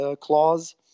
clause